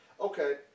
Okay